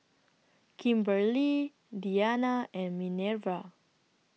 Kimberely Dianna and Minerva